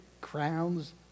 crowns